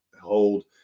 hold